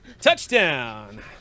Touchdown